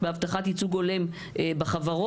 בהבטחת ייצוג הולם בחברות,